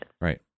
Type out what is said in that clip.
Right